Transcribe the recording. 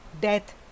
death